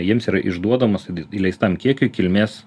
jiems yra išduodamas įleistam kiekiui kilmės